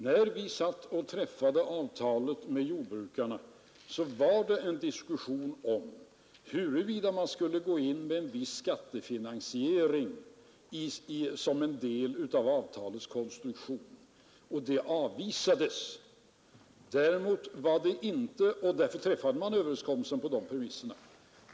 När vi träffade avtalet med jordbrukarna förde vi en diskussion om huruvida vi skulle gå in med en viss skattefinansiering som en del av avtalets konstruktion. Den tanken avvisades. Och överenskommelsen träffades på de premisserna.